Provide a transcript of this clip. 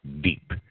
deep